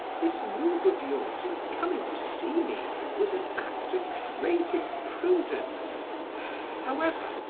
this move of yours in coming to see me was an act of great imprudence however,